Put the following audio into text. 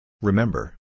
Remember